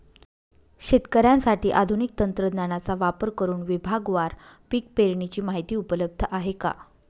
शेतकऱ्यांसाठी आधुनिक तंत्रज्ञानाचा वापर करुन विभागवार पीक पेरणीची माहिती उपलब्ध आहे का?